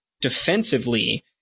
defensively